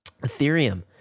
Ethereum